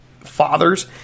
fathers